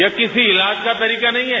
यह किसी इलाज का तरीका नहीं है